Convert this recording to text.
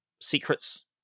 secrets